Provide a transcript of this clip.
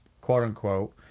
quote-unquote